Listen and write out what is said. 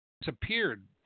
disappeared